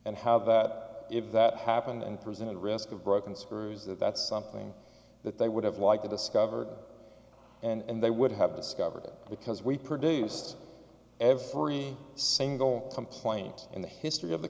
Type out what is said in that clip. and how that if that happened and presented a risk of broken screws that's something that they would have likely discovered and they would have discovered it because we produced every single complaint in the history of the